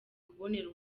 kubonera